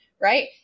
right